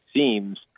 seems